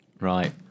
Right